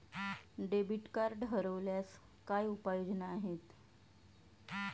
Debit card हरवल्यास काय उपाय योजना आहेत?